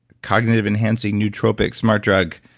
cognitive enhancing nootropics smart drug,